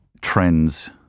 trends